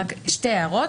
רק שתי הערות.